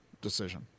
decision